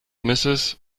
mrs